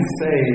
say